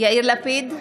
יאיר לפיד,